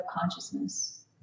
consciousness